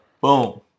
Boom